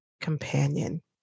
companion